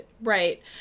Right